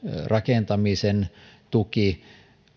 rakentamisen tuki